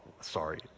sorry